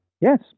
Yes